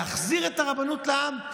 להחזיר את הרבנות לעם?